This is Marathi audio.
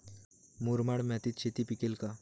मुरमाड मातीत शेती पिकेल का?